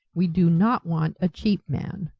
we do not want a cheap man.